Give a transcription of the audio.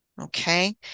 Okay